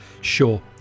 Sure